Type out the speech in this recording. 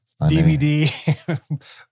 DVD